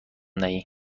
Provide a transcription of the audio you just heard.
دهی